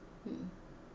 mm